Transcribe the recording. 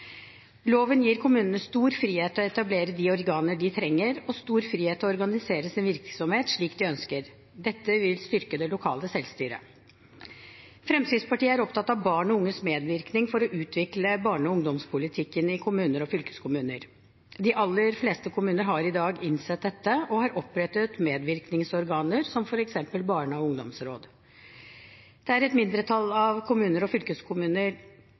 Loven gir kommunene stor frihet til å etablere de organer de trenger, og stor frihet til å organisere sin virksomhet slik de ønsker. Dette vil styrke det lokale selvstyret. Fremskrittspartiet er opptatt av barn og unges medvirkning for å utvikle barne- og ungdomspolitikken i kommuner og fylkeskommuner. De aller fleste kommuner har i dag innsett dette og har opprettet medvirkningsorganer, som f.eks. barne- og ungdomsråd. Det at et mindretall av kommuner og fylkeskommuner